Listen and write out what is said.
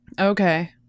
Okay